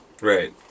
Right